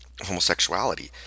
homosexuality